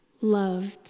Loved